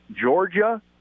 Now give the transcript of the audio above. Georgia